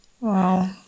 Wow